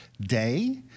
day